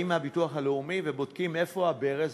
באים מהביטוח הלאומי ובודקים: איפה הברז,